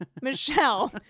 Michelle